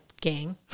Gang